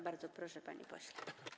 Bardzo proszę, panie pośle.